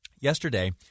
Yesterday